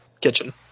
kitchen